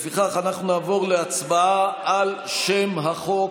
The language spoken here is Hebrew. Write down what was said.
לפיכך, אנחנו נעבור להצבעה על שם החוק,